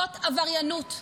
זאת עבריינות.